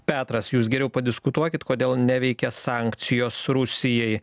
petras jūs geriau padiskutuokit kodėl neveikia sankcijos rusijai